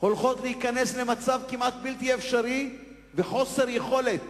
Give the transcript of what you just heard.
הולכות להיכנס למצב כמעט בלתי אפשרי וחוסר יכולת